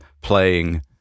playing